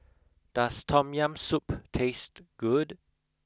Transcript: does tom yam soup taste good